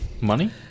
Money